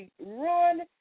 run